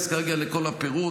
לא אכנס כרגע לכל הפירוט,